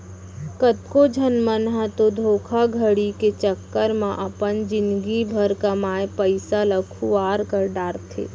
कतको झन मन ह तो धोखाघड़ी के चक्कर म अपन जिनगी भर कमाए पइसा ल खुवार कर डारथे